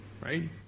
Right